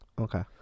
Okay